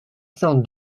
cent